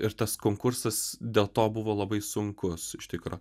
ir tas konkursas dėl to buvo labai sunkus iš tikro